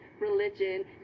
religion